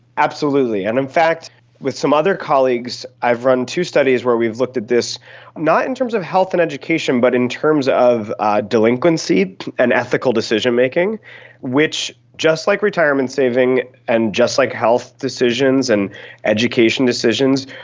absolutely. and in fact with some other colleagues i have run two studies where we've looked at this not in terms of health and education but in terms of ah delinquency and ethical decision-making which, just like retirement saving and just like health decisions and education decisions,